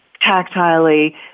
tactilely